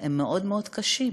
הם מאוד מאוד קשים.